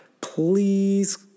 Please